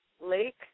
Lake